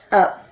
up